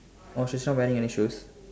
oh she's not wearing any shoes